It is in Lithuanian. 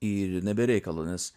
ir ne be reikalo nes